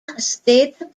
state